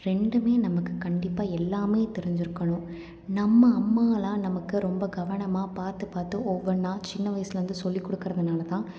ரெண்டுமே நமக்கு கண்டிப்பாக எல்லாமே தெரிஞ்சிருக்கணும் நம்ம அம்மாலாம் நமக்கு ரொம்ப கவனமாக பார்த்து பார்த்து ஒவ்வொன்றா சின்ன வயசுலருந்து சொல்லி கொடுக்குறதுனாலதான்